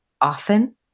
often